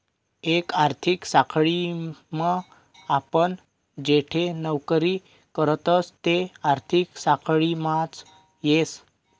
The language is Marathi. एक आर्थिक साखळीम आपण जठे नौकरी करतस ते आर्थिक साखळीमाच येस